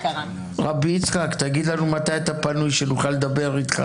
ר' יצחק, תגיד לנו מתי אתה פנוי, שנוכל לדבר איתך.